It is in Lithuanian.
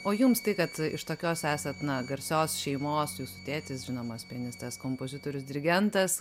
o jums tai kad iš tokios esat na garsios šeimos jūsų tėtis žinomas pianistas kompozitorius dirigentas